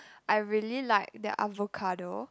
I really like their avocado